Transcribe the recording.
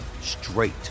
straight